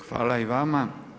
Hvala i vama.